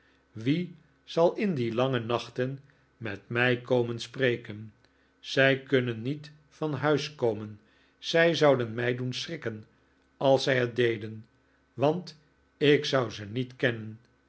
wie zal in die lange nachten met mij komen spreken zij kunnen niet van huis komen zij zouden mij doen schrikken als zij het deden want ik zou ze niet kennen